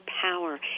power